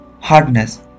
Hardness